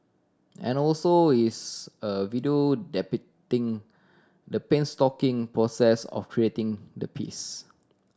and also is a video depicting the painstaking process of creating the piece